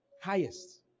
Highest